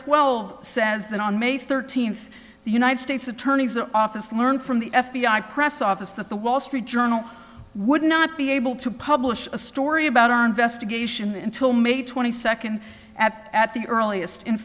twelve says that on may thirteenth the united states attorney's office learned from the f b i press office that the wall street journal would not be able to publish a story about our investigation until may twenty second at at the earliest in